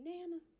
Nana